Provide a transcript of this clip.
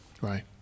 Right